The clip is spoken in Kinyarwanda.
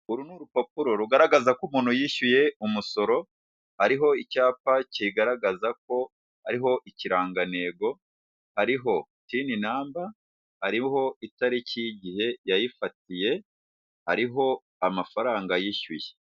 Uru ni urupapuro rugaragaza ko umuntu yishyuye umusoro, hariho icyapa kigaragaza ko hariho ikirangantego, hariho tininamba, hariho itariki y'igihe yayifatiye, hariho amafaranga yishyuye.